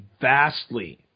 vastly